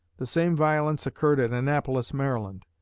the same violence occurred at annapolis, maryland.